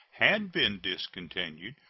had been discontinued,